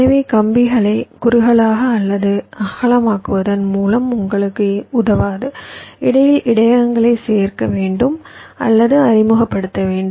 எனவே கம்பிகளை குறுகலாக அல்லது அகலமாக்குவதன் மூலம் உங்களுக்கு உதவாது இடையில் இடையகங்களை சேர்க்க வேண்டும் அல்லது அறிமுகப்படுத்த வேண்டும்